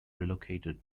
relocated